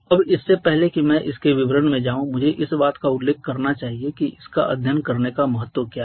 अब इससे पहले कि मैं इसके विवरण में जाऊं मुझे इस बात का उल्लेख करना चाहिए कि इसका अध्ययन करने का महत्व क्या है